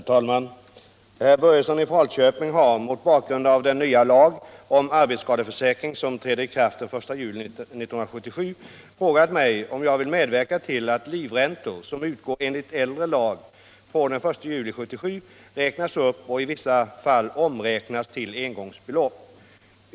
Herr talman! Herr Börjesson i Falköping har mot bakgrund av den nya lag om arbetsskadeförsäkring som träder i kraft den 1 juli 1977 frågat mig om jag vill medverka till att livräntor, som utgår enligt äldre lag, från den 1 juli 1977 räknas upp och i vissa fall omräknas till engångsbelopp.